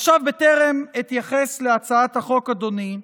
בטרם אתייחס להצעת החוק, אדוני,